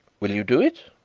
will you do it?